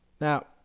Now